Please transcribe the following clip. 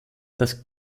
das